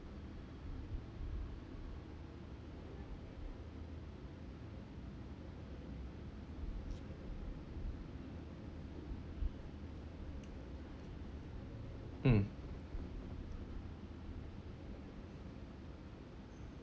mm